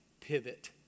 pivot